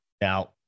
Now